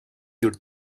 your